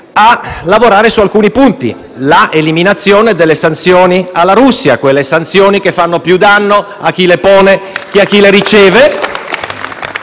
a lavorare su alcuni aspetti, come l'eliminazione delle sanzioni alla Russia, che fanno più danno a chi le pone che a chi le riceve